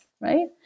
right